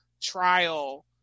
trial